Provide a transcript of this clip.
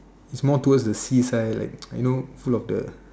it's more towards the seaside like you know full of the